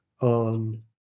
on